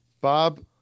Bob